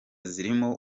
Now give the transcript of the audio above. zirimo